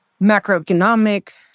macroeconomic